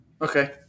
okay